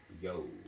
yo